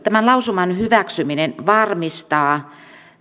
tämän lausuman hyväksyminen varmistaa